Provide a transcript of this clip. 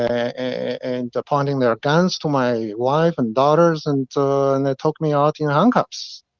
ah and they're pointing their guns to my wife and daughters. and and they took me out in handcuffs.